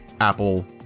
Apple